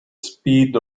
speed